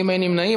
נמנעים.